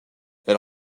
elle